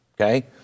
Okay